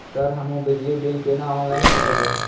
Sir हमू बिजली bill केना ऑनलाईन चुकेबे?